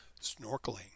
Snorkeling